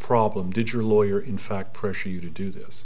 problem did your lawyer in fact pressure you to do this